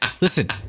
Listen